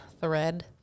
thread